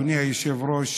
אדוני היושב-ראש,